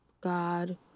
God